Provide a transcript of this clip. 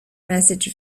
message